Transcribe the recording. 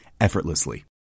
effortlessly